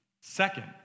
Second